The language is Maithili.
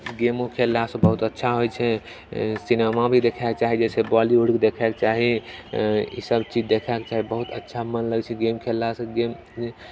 गेमो खेलला से बहुत अच्छा होइत छै सिनेमा भी देखैके चाही जैसे बॉलीवुड देखैके चाही ई सब चीज देखैके चाही बहुत अच्छा मन लगैत छै गेम खेलला से गेम